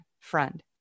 friend